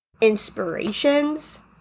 Inspirations